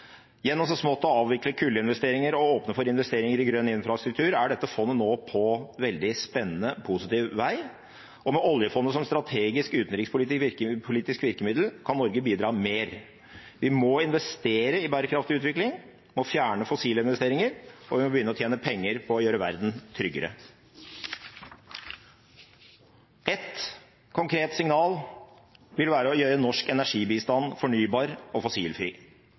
Gjennom så smått å avvikle kullinvesteringer og åpne opp for investeringer i grønn infrastruktur, er dette fondet nå på en veldig spennende og positiv vei. Med Oljefondet som strategisk utenrikspolitisk virkemiddel kan Norge bidra mer. Vi må investere i bærekraftig utvikling og fjerne fossile investeringer, og vi må begynne å tjene penger på å gjøre verden tryggere. Et konkret signal vil være å gjøre norsk energibistand fornybar og fossilfri.